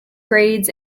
grades